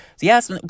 yes